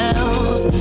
else